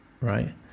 right